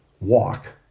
walk